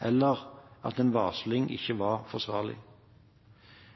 eller at en varsling ikke var forsvarlig.